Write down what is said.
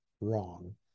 wrong